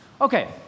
Okay